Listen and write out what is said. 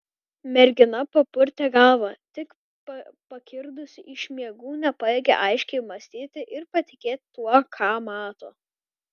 mergina papurtė galvą tik pakirdusi iš miegų nepajėgė aiškiai mąstyti ir patikėti tuo ką mato